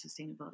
Sustainability